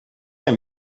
hem